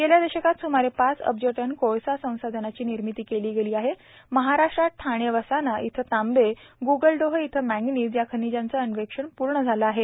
गेल्या दशकात सुमारे पाच अब्ज टन कोळसा संसाधनाची निर्मिती केली गेली आहे महाराष्ट्रात ठाणे वासना इथं तांबे ग्गलडोह इथं मॅंगॅनीज या खनिजांचे अन्वेक्षण पूर्ण झाले आहे